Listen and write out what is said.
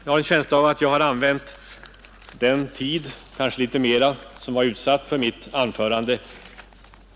Jag har en känsla av att jag har använt den tid — kanske litet mer — som var utsatt för mitt anförande.